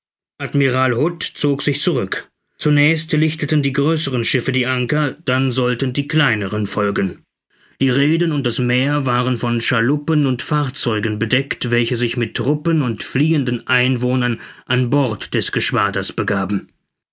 admiral hood zog sich zurück zunächst lichteten die größeren schiffe die anker dann sollten die kleineren folgen die rheden und das meer waren von schaluppen und fahrzeugen bedeckt welche sich mit truppen und fliehenden einwohnern an bord des geschwaders begaben